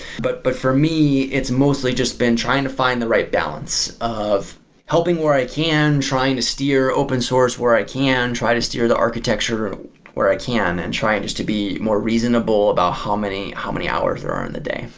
but but, for me, it's mostly just been trying to find the right balance of helping where i can, trying to steer open source where i can, try to steer the architecture where i can and try and just to be more reasonable about how many how many hours are are in the day.